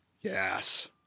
Yes